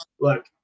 look